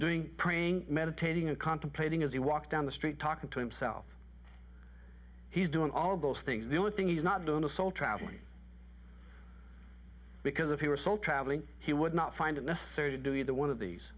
doing praying meditating and contemplating as you walk down the street talking to himself he's doing all of those things the one thing he's not doing a soul travelling because if he were still travelling he would not find it necessary to do either one of these